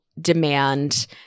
demand